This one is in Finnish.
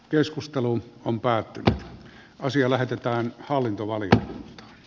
puhemiesneuvosto ehdottaa että asia lähetetään hallintovalion